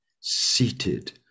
seated